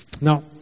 Now